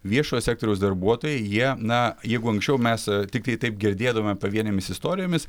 viešojo sektoriaus darbuotojai jie na jeigu anksčiau mes tiktai taip girdėdavome pavienėmis istorijomis